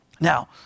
Now